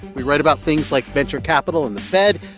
we write about things like venture capital and the fed.